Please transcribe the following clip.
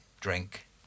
drink